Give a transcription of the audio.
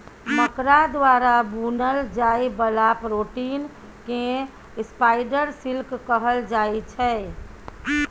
मकरा द्वारा बुनल जाइ बला प्रोटीन केँ स्पाइडर सिल्क कहल जाइ छै